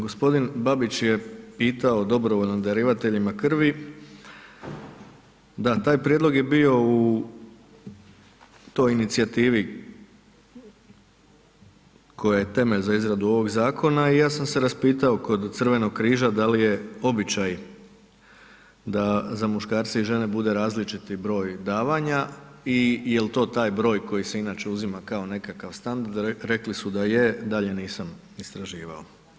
G. Babić je pitao o dobrovoljnim darivateljima krvi, da, taj prijedlog je bio u toj inicijativi koja je temelj za izradu ovoga zakona i ja sam se raspitao kod Crvenog križa da li je običaj da za muškarce i žene bude različiti broj davanja i jel' to taj broj koji se inače uzima kao nekakav standard, rekli su da je, dalje nisam istraživao.